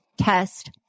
test